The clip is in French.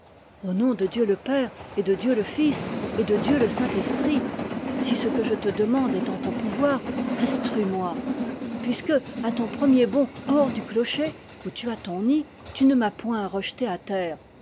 au nom de dieu le père et de dieu le fils et de dieu le saint-esprit si ce que je te demande est en ton pouvoir instruis-moi puisque à ton premier bond hors du clocher où tu as ton nid tu ne m'as point rejeté à terre